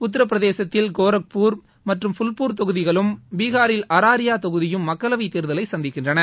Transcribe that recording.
உத்திரபிரதேசத்தில் கோரக்பூர் மற்றும் ஃபுல்பூர் தொகுதிகளும் பீகாரில் அராரியா தொகுதியும் மக்களவை தேர்தலை சந்திக்கின்றன